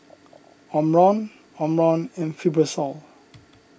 Omron Omron and Fibrosol